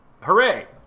hooray